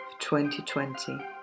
2020